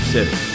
City